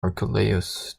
archelaus